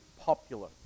popular